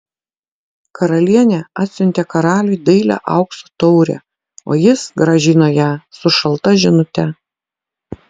karalienė atsiuntė karaliui dailią aukso taurę o jis grąžino ją su šalta žinute